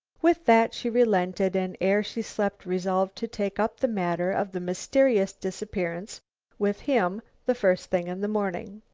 with that she relented, and ere she slept resolved to take up the matter of the mysterious disappearance with him the first thing in the morning.